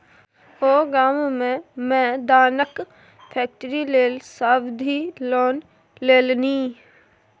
ओ गाममे मे दानाक फैक्ट्री लेल सावधि लोन लेलनि